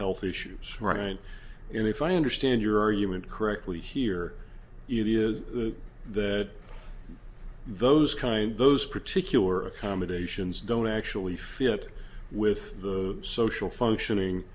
health issues right and if i understand your argument correctly here it is that those kind those particular accommodations don't actually fit with the social functioning